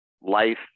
life